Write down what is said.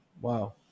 Wow